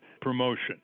promotion